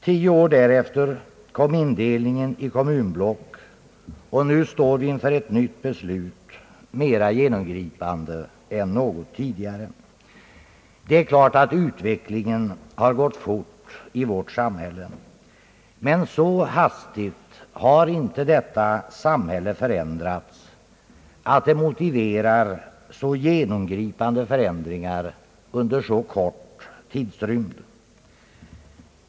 Tio år därefter kom indelningen i kommunblock, och nu står vi inför ett nytt beslut — mera genomgripande än något tidigare. Det är klart att utvecklingen har gått fort i vårt samhälle, men så hastigt har inte samhället förändrats att det motiverar så genomgripande förändringar under så kort tidsrymd.